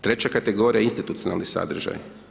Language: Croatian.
Treća kategorija je institucionalni sadržaj.